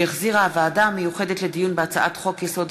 שהחזירה הוועדה המיוחדת לדיון בהצעת חוק-יסוד: